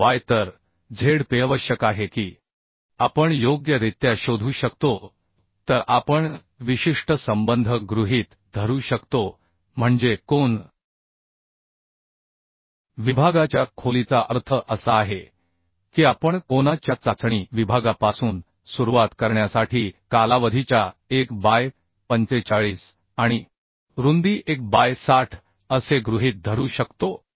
66 fyतर Zpआवश्यक आहे की आपण योग्यरित्या शोधू शकतो तर आपण विशिष्ट संबंध गृहीत धरू शकतो म्हणजे कोन विभागाच्या खोलीचा अर्थ असा आहे की आपण कोना च्या चाचणी विभागापासून सुरुवात करण्यासाठी कालावधीच्या 1 बाय 45 आणि रुंदी 1 बाय 60 असे गृहीत धरू शकतो